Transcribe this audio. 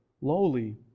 lowly